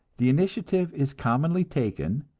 the initiative is commonly taken,